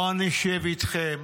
לא נשב איתכם,